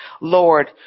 Lord